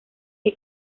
que